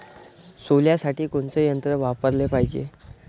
सोल्यासाठी कोनचं यंत्र वापराले पायजे?